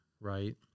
right